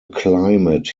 climate